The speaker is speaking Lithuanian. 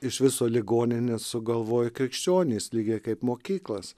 iš viso ligonines sugalvojo krikščionys lygiai kaip mokyklas